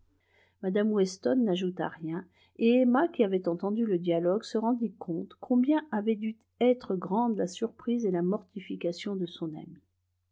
mme weston n'ajouta rien et emma qui avait entendu le dialogue se rendit compte combien avaient dû être grandes la surprise et la mortification de son amie